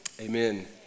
amen